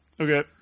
Okay